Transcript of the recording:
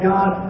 God